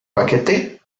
paquete